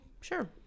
Sure